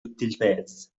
التلفاز